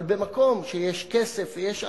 אבל במקום שיש כסף ויש עוול,